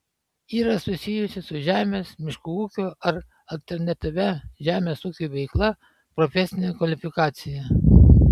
yra susijusi su žemės miškų ūkio ar alternatyvia žemės ūkiui veikla profesinę kvalifikaciją